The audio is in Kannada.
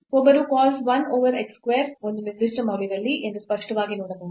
ಒಬ್ಬರು cos 1 over x square ಒಂದು ನಿರ್ದಿಷ್ಟ ಮೌಲ್ಯವಲ್ಲ ಎಂದು ಸ್ಪಷ್ಟವಾಗಿ ನೋಡಬಹುದು